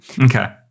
okay